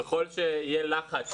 ככל שיהיה לחץ